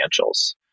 financials